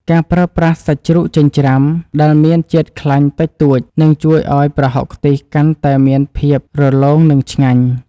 ការប្រើប្រាស់សាច់ជ្រូកចិញ្ច្រាំដែលមានជាតិខ្លាញ់តិចតួចនឹងជួយឱ្យប្រហុកខ្ទិះកាន់តែមានភាពរលោងនិងឆ្ងាញ់។